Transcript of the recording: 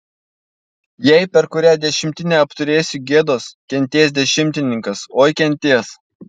jei per kurią dešimtinę apturėsiu gėdos kentės dešimtininkas oi kentės